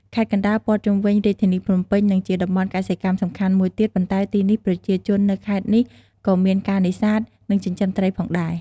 ខេត្តកណ្ដាល ព័ទ្ធជុំវិញរាជធានីភ្នំពេញ និងជាតំបន់កសិកម្មសំខាន់មួយទៀត បន្ថែមពីនេះប្រជាជននៅខេត្តនេះក៏មានការនេសាទ និងចិញ្ចឹមត្រីផងដែរ។